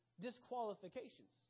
disqualifications